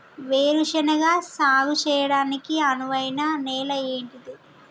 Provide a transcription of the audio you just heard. వేరు శనగ సాగు చేయడానికి అనువైన నేల ఏంటిది?